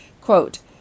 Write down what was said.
quote